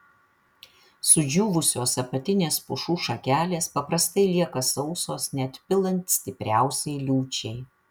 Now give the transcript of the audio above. sudžiūvusios apatinės pušų šakelės paprastai lieka sausos net pilant stipriausiai liūčiai